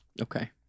Okay